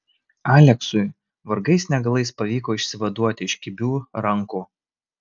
aleksui vargais negalais pavyko išsivaduoti iš kibių rankų